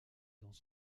dans